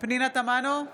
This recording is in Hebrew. פנינה תמנו,